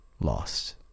lost